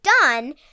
done